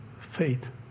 faith